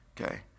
Okay